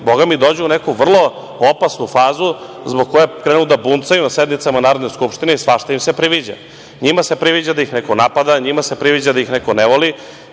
oni dođu u neku vrlo opasnu fazu zbog koje krenu da buncaju na sednicama Narodne skupštine i svašta im se priviđa. Njima se priviđa da ih neko napada, njima se priviđa da ih neko ne voli.